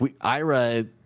Ira